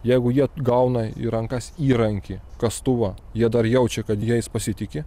jeigu jie gauna į rankas įrankį kastuvą jie dar jaučia kad jais pasitiki